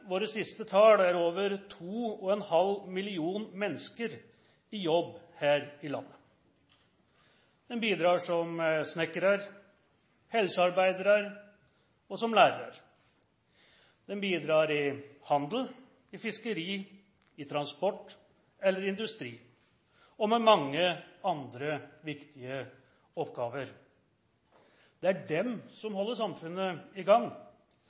våre siste tall er over to og en halv million mennesker i jobb her i landet. De bidrar som snekkere, helsearbeidere og lærere, de bidrar i handel, fiskeri, transport eller industri – og med mange andre viktige oppgaver. Det er de som holder samfunnet i gang.